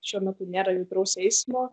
šiuo metu nėra judraus eismo